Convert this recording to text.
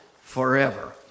forever